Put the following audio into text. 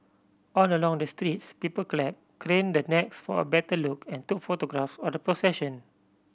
all along the streets people clapped craned their necks for a better look and took photographs of the procession